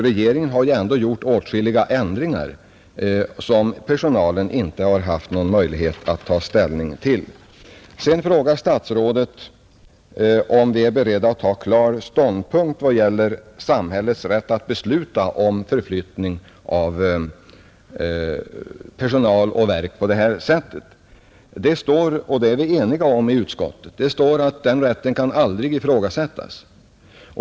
Regeringen har företagit åtskilliga ändringar, som personalen inte har haft någon möjlighet att ta ställning till. Statsrådet frågade om vi är beredda att ta klar ståndpunkt i vad gäller samhällets rätt att besluta om förflyttning av personal och verk på det här sättet. Det står i betänkandet — och det är vi eniga om i utskottet — att den rätten aldrig kan ifrågasättas.